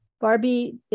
Barbie